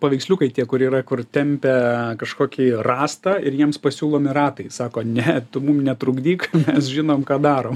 paveiksliukai tie kur yra kur tempia kažkokį rąstą ir jiems pasiūlomi ratai sako ne tu mum netrukdyk mes žinom ką darom